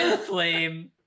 flame